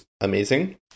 amazing